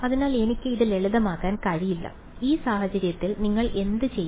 അതിനാൽ എനിക്ക് ഇത് ലളിതമാക്കാൻ കഴിയില്ല ഈ സാഹചര്യത്തിൽ നിങ്ങൾ എന്ത് ചെയ്യും